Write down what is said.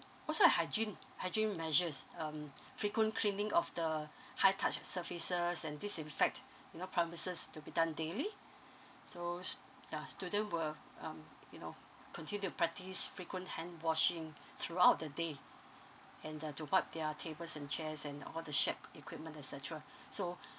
well so hygiene hygiene measures um frequent cleaning of the high touched surfaces and this in fact you know premises to be done daily so s~ ya student will um you know continue to practice frequent hand washing throughout the day and uh to wipe their tables and chairs and all the shared equipment etcetera so